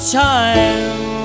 time